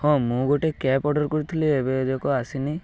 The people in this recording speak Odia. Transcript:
ହଁ ମୁଁ ଗୋଟେ କ୍ୟାବ୍ ଅର୍ଡ଼ର୍ କରିଥିଲି ଏବେ ଏ ଯାକ ଆସିନି